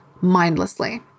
mindlessly